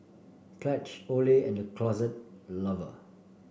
pledge Olay and The Closet Lover